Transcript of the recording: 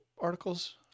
articles